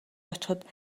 очиход